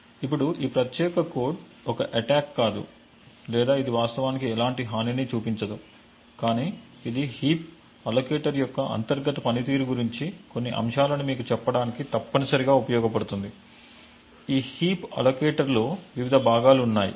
ఇప్పుడు ఈ ప్రత్యేక కోడ్ ఒక ఎటాక్ కాదు లేదా ఇది వాస్తవానికి ఎలాంటి హానిని చూపించదు కాని ఇది హీప్ అల్లోకెటర్ యొక్క అంతర్గత పనితీరు గురించి కొన్ని అంశాలను మీకు చెప్పడానికి తప్పనిసరిగా ఉపయోగబడుతుంది ఈ హీప్ అల్లోకెటర్ లో వివిధ భాగాలు ఉన్నాయి